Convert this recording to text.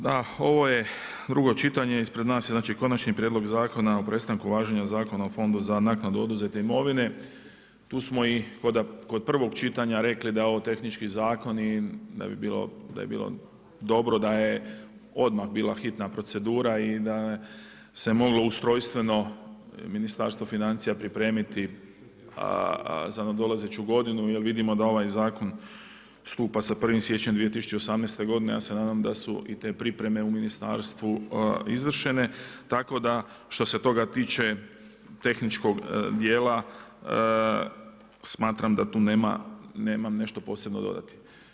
Da, ovo je drugo čitanje, ispred nas je znači Konačni prijedlog Zakon o prestanku važenja zakona o fondu za naknadu oduzete imovine, to smo i kod prvog čitanja rekli da je ovo tehnički zakon i da bi bilo dobro da je odmah bila hitna procedura i da se moglo ustrojstveno Ministarstvo financija pripremiti za nadolazeću godinu jer vidimo da ovaj zakon stupa sa 1. siječnja 2018. godine, ja se nadam da su i te pripreme u ministarstvu izvršene tako da što se toga tiče tehničkog djela smatram da tu nemam nešto posebno dodati.